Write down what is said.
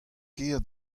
ker